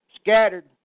scattered